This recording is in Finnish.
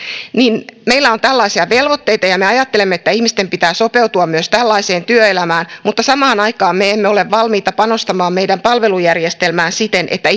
meillä on tällaisia velvoitteita ja me ajattelemme että ihmisten pitää sopeutua myös tällaiseen työelämään mutta samaan aikaan me emme ole valmiita panostamaan meidän palvelujärjestelmään siten että